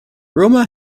rumour